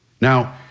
now